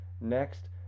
Next